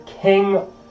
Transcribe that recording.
king